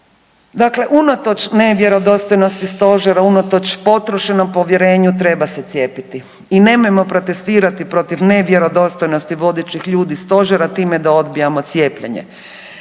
Dakle unatoč nevjerodostojnosti Stožera, unatoč potrošenom povjerenju, treba se cijepiti i nemojmo protestirati protiv nevjerodostojnosti vodećih ljudi Stožera time da odbijamo cijepljenje.